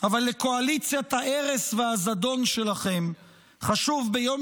אבל לקואליציות ההרס והזדון שלכם חשוב ביום